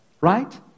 right